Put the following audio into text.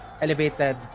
elevated